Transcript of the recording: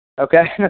okay